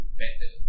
better